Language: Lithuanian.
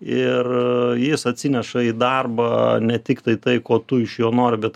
ir jis atsineša į darbą ne tiktai tai ko tu iš jo nori bet